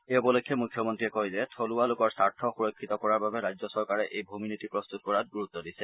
এই উপলক্ষে মুখ্যমন্ৰীয়ে কয় যে থলুৱা লোকৰ স্বাৰ্থ সুৰক্ষিত কৰাৰ বাবে ৰাজ্য চৰকাৰে এই ড়মি নীতি প্ৰস্তত কৰাত গুৰুত্ব দিছে